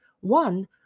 One